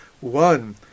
One